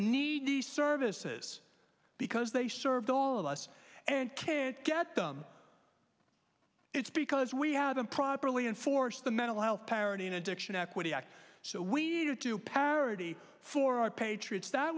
need these services because they serve all of us and can't get them it's because we haven't properly enforced the mental health parity and addiction equity act so we needed to parity for our patriots that